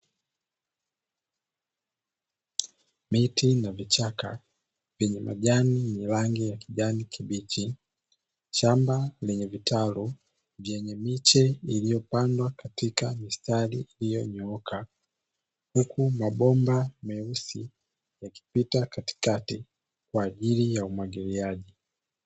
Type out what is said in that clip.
Miti na vichaka vyenye majani yenye rangi ya kijani kibichi, shamba lenye vitaru vyenye miche iliyopandwa katika mistari iliyonyooka huku mabomba meusi yakipita katikati kwa ajili ya umwagiliaji.